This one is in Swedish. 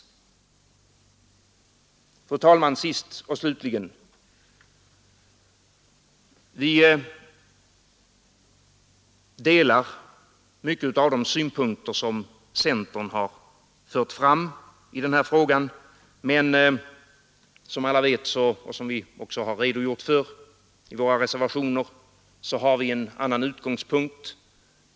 Fru talman! Sist och slutligen: Vi delar många av de synpunkter som centern har fört fram i den här frågan. Men som alla vet och som vi också har redogjort för i våra reservationer har vi en annan utgångspunkt.